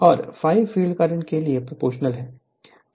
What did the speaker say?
और ∅ field current के लिए प्रोपोर्शनल है